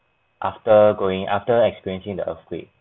after going after experiencing the earthquake